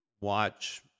watch